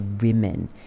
women